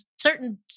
certain